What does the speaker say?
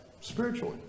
spiritually